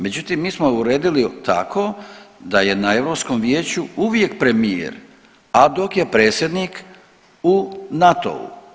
Međutim, mi smo uredili tako da je na Europskom vijeću uvijek premijer, a dok je predsjednik u NATO-u.